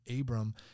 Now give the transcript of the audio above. Abram